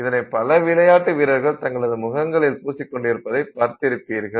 இதனை பல விளையாட்டு வீரர்கள் தங்களது முகங்களில் பூசிக் கொண்டுருப்பதைப் பார்த்திருப்பீர்கள்